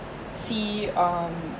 see um